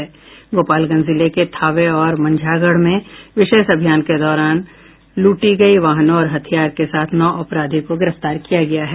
गोपालगंज जिले के थावे और मंझागढ़ में विशेष अभियान के दौरान लूटी गई वाहनों और हथियार के साथ नौ अपराधी को गिरफ्तार किया गया है